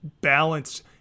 balanced –